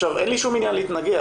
אין לי שום עניין להתנגח,